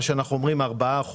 מה שאנחנו אומרים 4%,